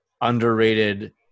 underrated